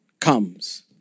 comes